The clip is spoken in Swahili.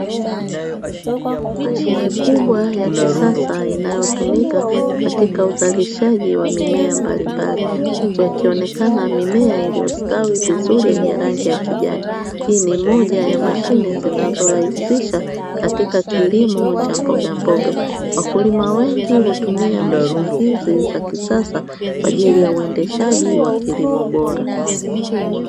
Mashine kubwa ya kisasa inayotumika katika uzalishaji wa mimea mbalimbali, huku ikionekana mimea iliyostawi vizuri yenye rangi ya kijani. Hii ni moja ya mashine zinazorahisisha katika kilimo cha mbogamboga. Wakulima wengi hutumia mashine hizi za kisasa kwa ajili ya uendeshaji wa kilimo bora.